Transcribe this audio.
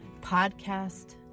podcast